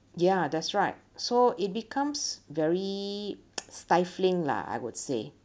ya that's right so it becomes very stifling lah I would say